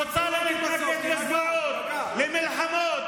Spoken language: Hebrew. מותר לי להתנגד לזוועות, למלחמות.